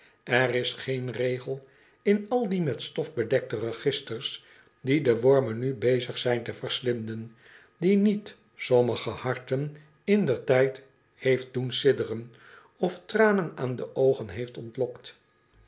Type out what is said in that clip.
er is geen regel in al die met stof bedekte registers die de wormen nu bezig zijn te verslinden die niet sommige harten indertijd heeft doen sidderen of tranen aan de oogen heeft ontlokt